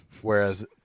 Whereas